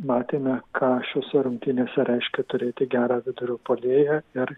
matėme ką šiose rungtynėse reiškia turėti gerą vidurio puolėją ir